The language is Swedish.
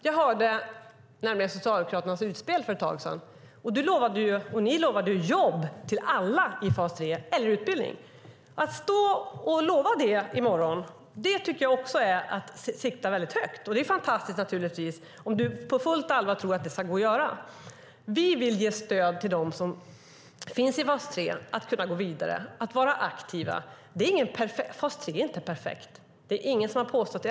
Jag hörde Socialdemokraternas utspel för ett tag sedan. Ni lovade jobb eller utbildning till alla i fas 3. Att stå och lova det i morgon tycker jag är att sikta högt. Det är fantastiskt om du på fullt allvar tror att det kommer att gå. Vi vill ge stöd till dem som finns i fas 3 att kunna gå vidare och vara aktiva. Fas 3 är inte perfekt. Det är ingen som har påstått det.